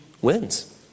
wins